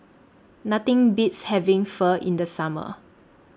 Nothing Beats having Pho in The Summer